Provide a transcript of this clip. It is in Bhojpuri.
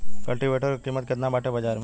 कल्टी वेटर क कीमत केतना बाटे बाजार में?